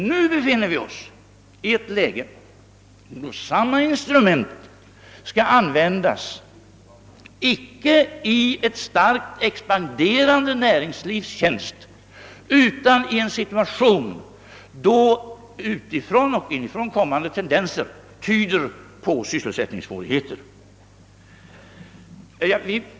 Nu skall emellertid dessa instrument användas icke i ett starkt expanderande näringslivs tjänst utan i en situation då utifrån och inifrån kommande tendenser skapar sysselsättningssvårigheter.